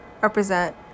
represent